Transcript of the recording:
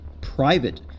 private